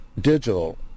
digital